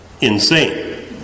insane